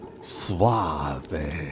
Suave